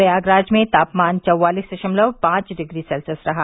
प्रयागराज में तापमान चौवालीस दशमलव पांच डिग्री सेल्सियस रहा